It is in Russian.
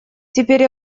теперь